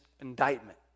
indictment